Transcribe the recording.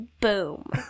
Boom